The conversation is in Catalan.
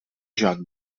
joc